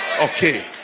Okay